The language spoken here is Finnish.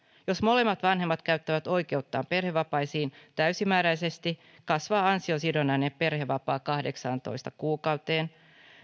jos molemmat vanhemmat käyttävät oikeuttaan perhevapaisiin täysimääräisesti kasvaa ansiosidonnainen perhevapaa kahdeksaantoista kuukauteen